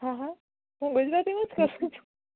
હા હા હું ગુજરાતીમાં જ કરું છું